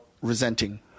resenting